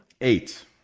eight